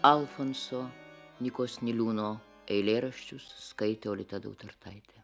alfonso nykos niliūno eilėraščius skaito lita dautartaitė